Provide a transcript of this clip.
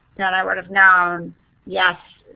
that i would have known yes,